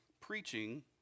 preaching